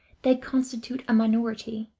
they constitute a minority,